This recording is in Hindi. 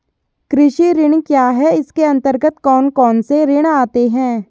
कृषि ऋण क्या है इसके अन्तर्गत कौन कौनसे ऋण आते हैं?